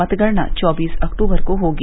मतगणना चौबीस अक्टूबर को होगी